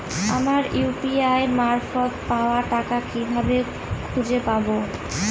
আমার ইউ.পি.আই মারফত পাওয়া টাকা কিভাবে খুঁজে পাব?